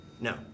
No